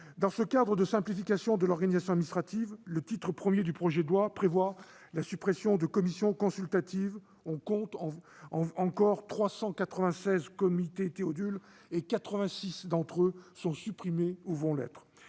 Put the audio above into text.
Dans ce cadre de simplification de l'organisation administrative, le titre I du projet de loi prévoit la suppression d'un certain nombre de commissions consultatives. On compte encore 396 comités Théodule ; 86 d'entre eux seront supprimés. Il s'agit